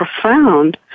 profound